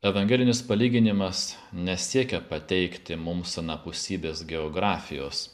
evangelinis palyginimas nesiekia pateikti mums anapusybės geografijos